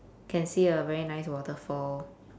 can see a very nice waterfall